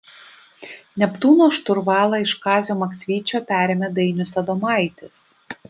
neptūno šturvalą iš kazio maksvyčio perėmė dainius adomaitis